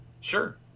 Sure